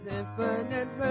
infinite